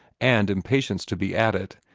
and impatience to be at it,